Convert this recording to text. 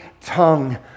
tongue